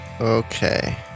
Okay